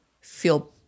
feel